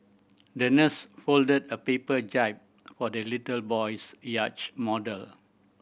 the nurse folded a paper jib for the little boy's yacht model